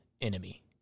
enemy